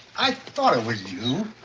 i thought it was you.